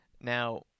Now